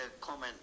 comment